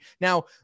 now